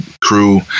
crew